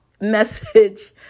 message